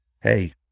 Hey